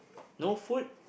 no food